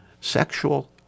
Sexual